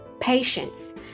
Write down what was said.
patience